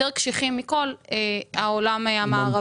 יותר קשיחים מכל העולם המערבי,